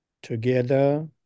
Together